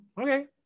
Okay